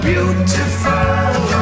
Beautiful